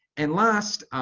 and last,